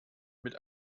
mit